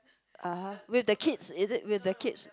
uh !huh! with the kids is it with the kids